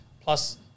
plus